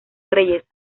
reyes